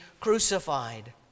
crucified